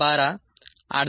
26 5